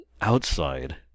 outside